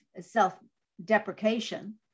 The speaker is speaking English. self-deprecation